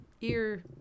ear